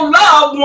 love